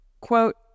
Quote